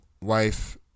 wife